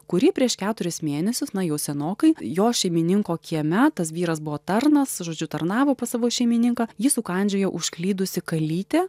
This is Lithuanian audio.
kurį prieš keturis mėnesius na jau senokai jo šeimininko kieme tas vyras buvo tarnas žodžiu tarnavo pas savo šeimininką jį sukandžiojo užklydusi kalytė